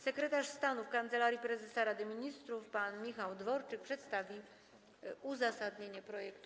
Sekretarz stanu w Kancelarii Prezesa Rady Ministrów pan Michał Dworczyk przedstawi uzasadnienie projektu.